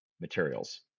materials